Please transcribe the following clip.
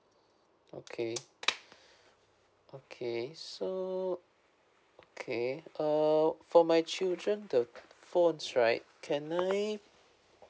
okay okay so okay err for my children the phones right can I